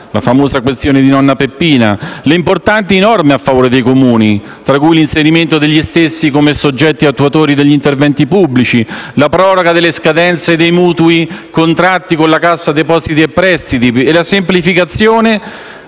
(la famosa «questione di nonna Peppina»). Ancora, le importanti norme a favore dei Comuni, tra cui l'inserimento degli stessi come soggetti attuatori degli interventi pubblici, la proroga delle scadenze dei mutui contratti con la Cassa depositi e prestiti e la semplificazione